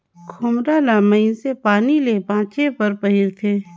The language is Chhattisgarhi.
खोम्हरा ल मइनसे पानी ले बाचे बर पहिरथे